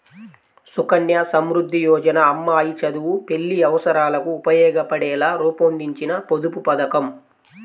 సుకన్య సమృద్ధి యోజన అమ్మాయి చదువు, పెళ్లి అవసరాలకు ఉపయోగపడేలా రూపొందించిన పొదుపు పథకం